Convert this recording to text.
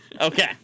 Okay